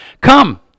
Come